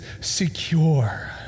secure